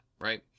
right